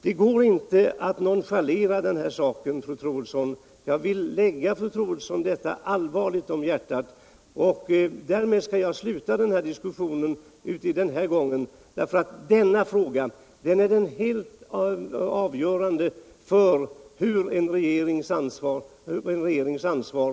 Det går inte att nonchalera den här saken — jag vill lägga fru Troedsson detta allvarligt om hjärtat. Det helt avgörande i denna fråga är i vilken utsträckning regeringen tar sitt ansvar.